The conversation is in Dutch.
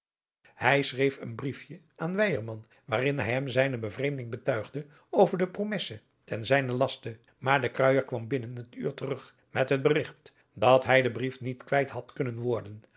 hij schreef een briesje aan weyerman waarin hij hem zijne bevreemding betuigde over de promesse ten zijnen laste maar de kruijer kwam binnen het uur terug met het berigt dat hij den brief niet kwijt had kunnen worden